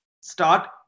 start